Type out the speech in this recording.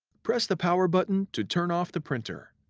press the power button to turn off the printer.